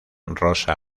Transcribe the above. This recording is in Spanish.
rosa